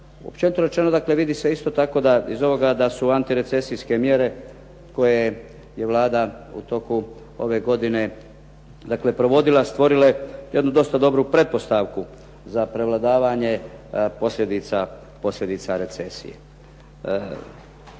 Općenito rečeno dakle vidi se isto tako iz ovoga da su antirecesijske mjere koje je Vlada u toku ove godine, dakle provodila stvorile jednu dosta dobru pretpostavku za prevladavanje posljedica recesije.